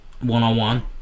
one-on-one